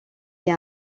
est